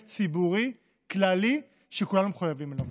ציבורי כללי שכולנו מחויבים אליו.